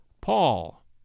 Paul